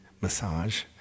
massage